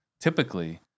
typically